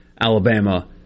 Alabama